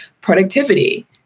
Productivity